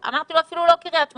אמרתי לו אפילו לא קריית שמונה,